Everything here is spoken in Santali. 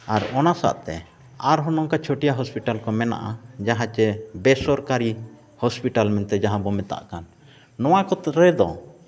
ᱟᱨ ᱚᱱᱟ ᱥᱟᱶᱛᱮ ᱟᱨᱦᱚᱸ ᱱᱚᱝᱠᱟ ᱪᱷᱟᱹᱴᱭᱟᱹ ᱦᱚᱥᱯᱤᱴᱟᱞ ᱠᱚ ᱢᱮᱱᱟᱜᱼᱟ ᱡᱟᱦᱟᱸ ᱥᱮ ᱵᱮᱼᱥᱚᱨᱠᱟᱨᱤ ᱦᱚᱥᱯᱤᱴᱟᱞ ᱢᱮᱱᱛᱮ ᱡᱟᱦᱟᱸᱵᱚᱱ ᱢᱮᱛᱟᱜ ᱠᱟᱱ ᱱᱚᱣᱟ ᱠᱚ ᱨᱮᱫᱚ